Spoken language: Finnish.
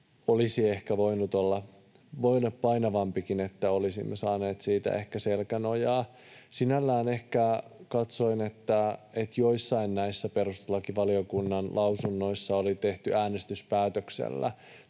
olisi ehkä voinut olla painavampikin, että olisimme saaneet siitä ehkä selkänojaa. Sinällään ehkä katsoin, että joissain näissä perustuslakivaliokunnan lausunnoissa oli tehty äänestyspäätöksellä